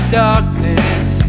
darkness